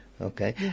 Okay